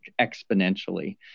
exponentially